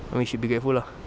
I mean should be grateful lah